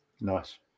nice